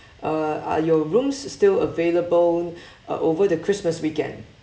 uh are your rooms still available uh over the christmas weekend